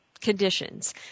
conditions